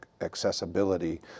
accessibility